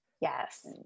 Yes